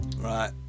Right